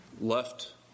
left